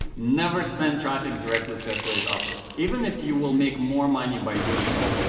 never send traffic directly to affiliate offers, even if you will make more money by doing so.